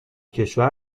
کشور